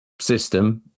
system